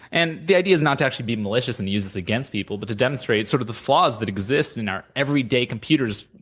and the idea is not to actually be malicious and use it against people, but to demonstrate sort of the flaws that exist in our everyday computers,